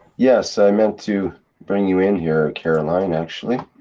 yes, i meant to bring you in here caroline, actually.